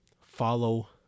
follow